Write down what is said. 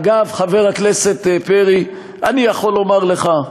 אגב, חבר הכנסת פרי, אני יכול לומר לך,